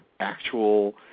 actual